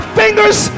fingers